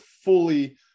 fully